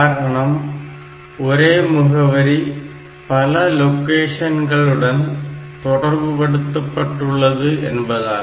காரணம் ஒரே முகவரி பல லொகேஷன்களுடன் தொடர்புபடுத்தப்பட்டுள்ளது என்பதால்